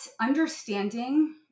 understanding